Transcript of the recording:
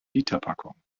literpackung